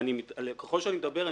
ככל שאני מדבר,